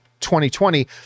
2020